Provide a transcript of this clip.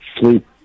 sleep